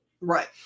Right